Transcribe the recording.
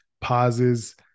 pauses